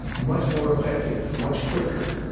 much more effective, much quicker.